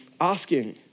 asking